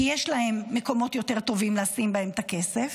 כי יש להם מקומות יותר טובים לשים בהם את הכסף,